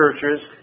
churches